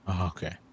Okay